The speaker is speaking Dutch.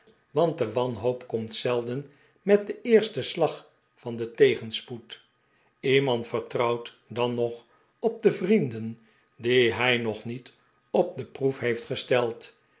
want de wanhoop komt zelden met den eersten slag van den tegenspoed iemand vertrouwt dan nog op de vrienden die hij nog niet op de proef heeft gesteld